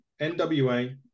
NWA